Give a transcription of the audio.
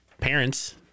parents